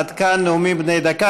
עד כאן נאומים בני דקה.